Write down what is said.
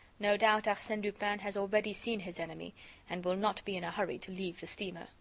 no doubt, arsene lupin has already seen his enemy and will not be in a hurry to leave the steamer.